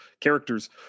characters